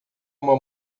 uma